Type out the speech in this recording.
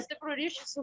stiprų ryšį su